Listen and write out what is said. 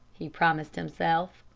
he promised himself.